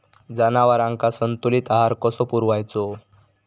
जनावरांका संतुलित आहार कसो पुरवायचो?